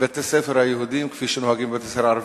בבתי-הספר היהודיים כפי שנוהגים בבתי-הספר הערביים.